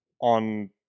on